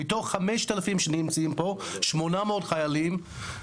מתוך 5,000 שנמצאים פה, 800 חיילים.